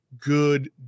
good